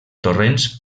torrents